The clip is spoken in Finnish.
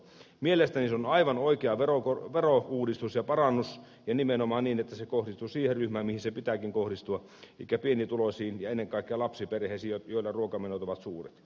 mielestäni se on aivan oikea verouudistus ja parannus ja nimenomaan niin että se kohdistuu siihen ryhmään mihin sen pitääkin kohdistua elikkä pienituloisiin ja ennen kaikkea lapsiperheisiin joilla ruokamenot ovat suuret